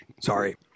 Sorry